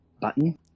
button